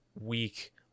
week